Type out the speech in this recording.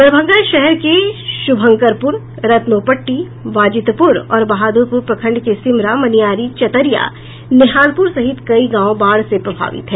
दरभंगा शहर के शुभंकरपुर रतनोपट्टी बाजितपुर और बहादुरपुर प्रखंड के सिमरा मनियारी चतरिया नेहालपुर सहित कई गांव बाढ़ से प्रभावित हैं